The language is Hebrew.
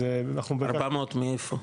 אז --- 400 מאיפה?